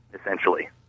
essentially